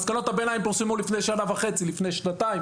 מסקנות הביניים פורסמו לפני כמעט שנתיים.